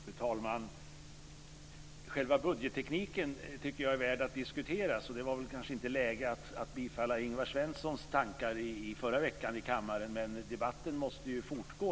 Fru talman! Själva budgettekniken tycker jag är värd att diskutera. Det kanske inte var läge att biträda Ingvar Svenssons tankar i förra veckan i kammaren, men debatten måste ju fortgå.